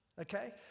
Okay